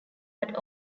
but